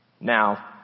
Now